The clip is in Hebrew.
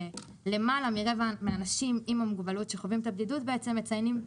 ולמעלה מרבע מהאנשים עם מוגבלות שחווים את הבדידות מציינים את